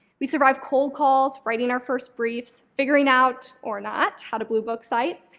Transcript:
we survived cold calls, writing our first briefs, figuring out, or not, how to bluebook cite,